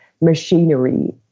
machinery